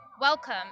welcome